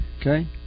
okay